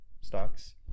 stocks